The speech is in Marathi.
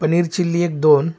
पनीर चिली एक दोन